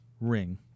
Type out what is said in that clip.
ring